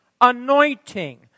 anointing